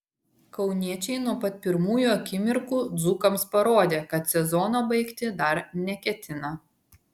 kauniečiai nuo pat pirmųjų akimirkų dzūkams parodė kad sezono baigti dar neketina